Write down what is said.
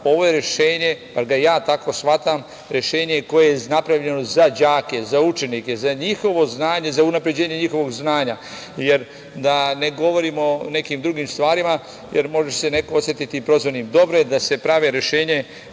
je rešenje, bar ga ja tako shvatam, koje je napravljeno za đake, za učenike, za njihovo znanje, za unapređenje njihovog znanja. Da ne govorim o nekim drugim stvarima, jer može se neko osetiti prozvanim, ali dobro je da se prave rešenja